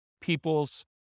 people's